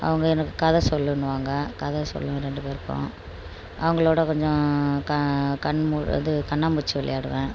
அவங்க எனக்கு கதை சொல்லுன்னுவாங்க கதை சொல்லுவேன் ரெண்டு பேருக்கும் அவங்களோடு கொஞ்சம் இது கண்ணாமூச்சி விளையாடுவேன்